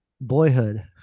Boyhood